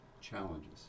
challenges